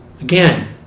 Again